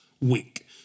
week